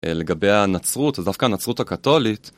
לגבי הנצרות, אז דווקא הנצרות הקתולית